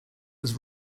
was